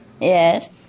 Yes